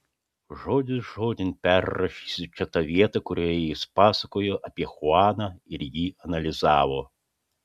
žodis žodin perrašysiu čia tą vietą kurioje jis pasakojo apie chuaną ir jį analizavo